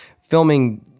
filming